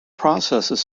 processes